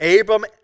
Abram